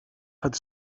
hat